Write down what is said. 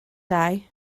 dau